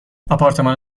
آپارتمان